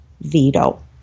veto